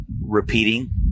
repeating